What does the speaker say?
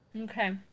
Okay